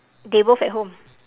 they both at home